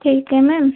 ठीक है मैम